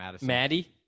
Maddie